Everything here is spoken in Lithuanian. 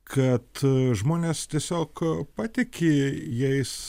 kad žmonės tiesiog patiki jais